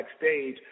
backstage